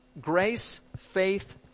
grace-faith